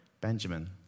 Benjamin